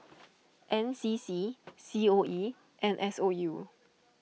N C C C O E and S O U